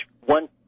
one